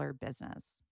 business